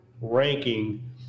ranking